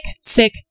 sick